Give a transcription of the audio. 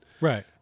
Right